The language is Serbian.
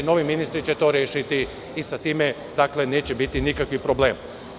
Novi ministri će to rešiti i sa time neće biti nikakvih problema.